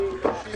מבקשים